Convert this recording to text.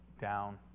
down